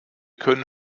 können